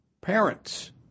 parents